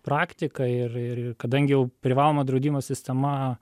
praktiką ir ir kadangi jau privaloma draudimo sistema